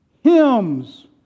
hymns